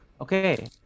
Okay